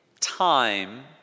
time